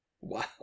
Wow